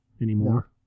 anymore